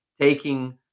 taking